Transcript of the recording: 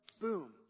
boom